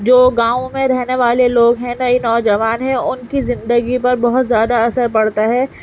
جو گاؤں میں رہنے والے لوگ ہیں نا نوجوان ہیں ان کی زندگی پر بہت زیادہ اثر پڑتا ہے